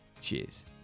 cheers